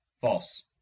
false